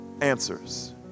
answers